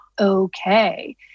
okay